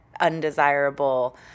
undesirable